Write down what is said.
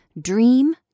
dream